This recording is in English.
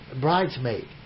bridesmaid